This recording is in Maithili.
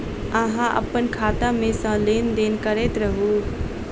अहाँ अप्पन खाता मे सँ लेन देन करैत रहू?